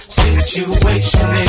situation